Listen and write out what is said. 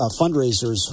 fundraisers